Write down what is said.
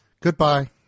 Goodbye